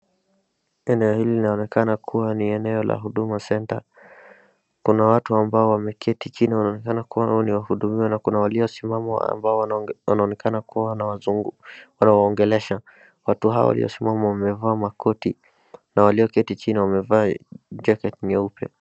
Eneo hili linaonekana kuwa ni eneo la huduma centre kuna watu ambao wameketi chini wanaonekana kuwa hao ni wahudumiwa na kuna waliosimama ambao wanaonekana kuwa ni wazungu wanawaongelesha. Watu hawa waliosimama wamevaa makoti na walioketi chini wamevaa majacket meupe.